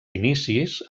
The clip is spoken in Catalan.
inicis